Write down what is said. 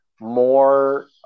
more